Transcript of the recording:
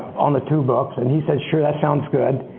on the two books. and he said, sure, that sounds good.